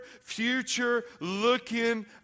future-looking